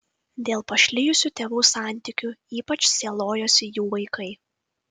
dėl pašlijusių tėvų santykių ypač sielojosi jų vaikai